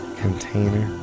container